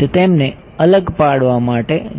તે તેમને અલગ પાડવા માટે છે